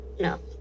No